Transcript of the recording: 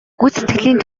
гүйцэтгэлийн